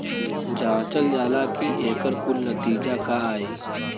जांचल जाला कि एकर कुल नतीजा का आई